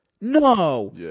No